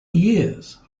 years